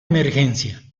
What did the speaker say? emergencia